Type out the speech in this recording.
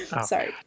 Sorry